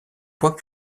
point